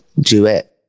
duet